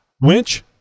winch